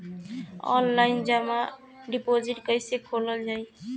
Online जमा deposit कैसे खोलल जाइ?